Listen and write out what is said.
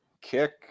kick